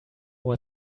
what